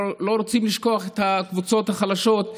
לא רוצים לשכוח את הקבוצות החלשות.